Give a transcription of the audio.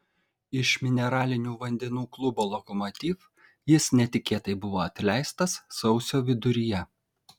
iš mineralinių vandenų klubo lokomotiv jis netikėtai buvo atleistas sausio viduryje